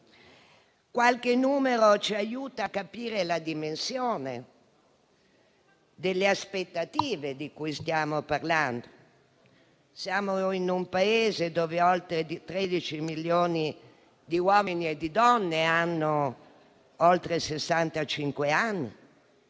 Qualche numero ci aiuta a capire la dimensione delle aspettative di cui stiamo parlando. Siamo in un Paese dove oltre 13 milioni di uomini e di donne hanno oltre